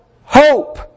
hope